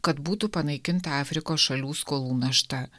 kad būtų panaikinta afrikos šalių skolų našta